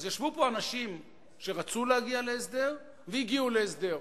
אז ישבו פה אנשים שרצו להגיע להסדר, והגיעו להסדר,